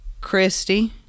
Christy